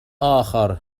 آخر